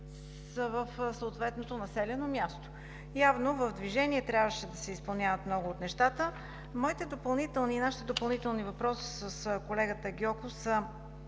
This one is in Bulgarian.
в съответното населено място. Явно в движение трябваше да се изпълняват много от нещата. Нашите допълнителни въпроси с колегата Гьоков са